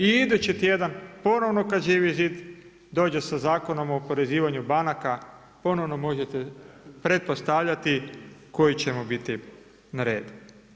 I idući tjedan ponovno kada Živi zid dođe sa Zakonom o oporezivanju banaka ponovno možete pretpostavljati koji ćemo biti na redu.